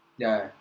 yeah